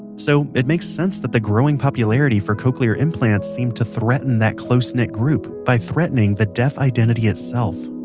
so it makes sense that the growing popularity for cochlear implants seemed to threaten that close-knit group by threatening the deaf identity itself